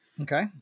Okay